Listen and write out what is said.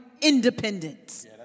independence